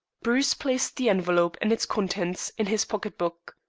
bruce placed the envelope and its contents in his pocket-book.